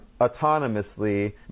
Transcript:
autonomously